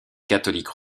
catholiques